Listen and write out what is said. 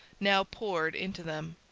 now poured into them.